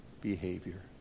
behavior